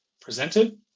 presented